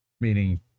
meaning